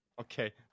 okay